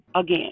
again